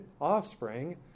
offspring